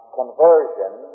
conversion